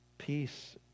Peace